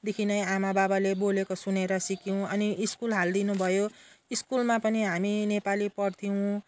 देखि नै आमा बाबाले बोलेको सुनेर सिक्यौँ अनि स्कुल हालिदिनु भयो स्कुलमा पनि हामी नेपाली पढ्थ्यौँ